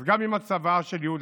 אז גם עם הצוואה של יהודה,